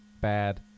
bad